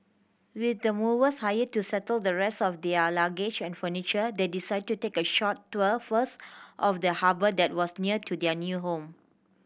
with the movers hired to settle the rest of their luggage and furniture they decided to take a short tour first of the harbour that was near to their new home